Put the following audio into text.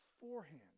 beforehand